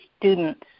students